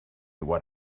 what